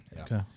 Okay